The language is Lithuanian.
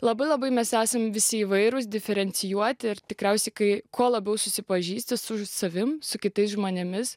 labai labai mes esam visi įvairūs diferencijuoti ir tikriausiai kai kuo labiau susipažįsti su savimi su kitais žmonėmis